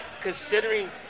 considering